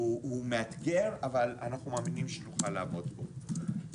הוא מאתגר אבל אנחנו מאמינים שנוכל לעמוד בו.